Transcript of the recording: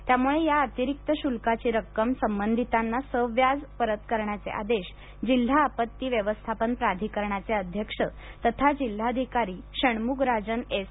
त्यामुळे या अतिरिक्त शुल्काची रक्कम संबधितांना सव्याज परत करण्याचे आदेश जिल्हा आपत्ती व्यवस्थापन प्राधिकरणाचे अध्यक्ष तथा जिल्हाधिकारी षण्मुगराजन एस